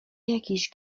jakiś